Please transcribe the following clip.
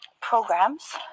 programs